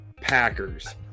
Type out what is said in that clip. Packers